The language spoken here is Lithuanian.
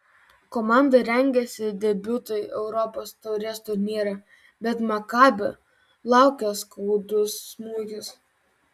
komanda rengėsi debiutui europos taurės turnyre bet makabi laukė skaudus smūgis